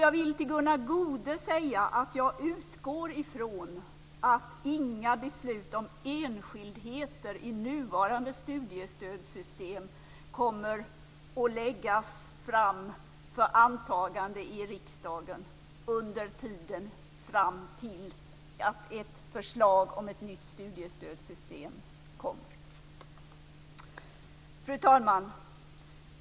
Jag vill till Gunnar Goude säga att jag utgår från att inga beslut om enskildheter i nuvarande studiestödssystem kommer att läggas fram för antagande i riksdagen under tiden fram till att ett förslag om ett nytt studiestödssystem kommer. Fru talman!